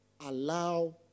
allow